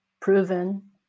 proven